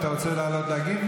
אתה רוצה לעלות להגיב,